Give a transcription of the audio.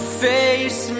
face